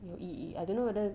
有意义 I don't know whether